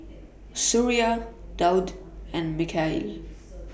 Suria Daud and Mikhail